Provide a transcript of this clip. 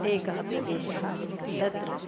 एकः प्रदेशः तत्र